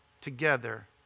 together